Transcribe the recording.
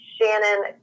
Shannon